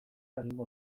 egingo